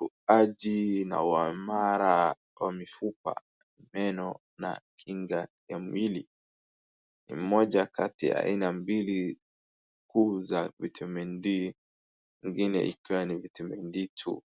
ukuaji wa mfupa meno na kinga ya mwili. Moja kati ya aina mbili kuu za vitamin D ingine ikiwa ni vitamin D two .